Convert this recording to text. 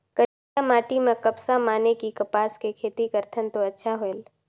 करिया माटी म कपसा माने कि कपास के खेती करथन तो अच्छा होयल?